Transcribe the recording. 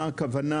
מה הכוונה?